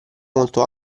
molto